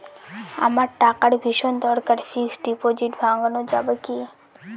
আমার টাকার ভীষণ দরকার ফিক্সট ডিপোজিট ভাঙ্গানো যাবে কি?